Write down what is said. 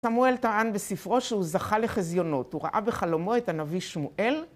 סמואל טען בספרו שהוא זכה לחזיונות, הוא ראה בחלומו את הנביא שמואל.